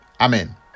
Amen